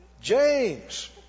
James